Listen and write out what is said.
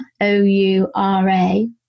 o-u-r-a